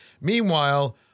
Meanwhile